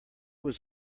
was